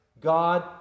God